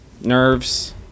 nerves